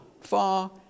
far